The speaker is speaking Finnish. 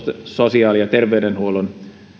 sosiaali ja terveydenhuollon